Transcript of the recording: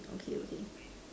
okay okay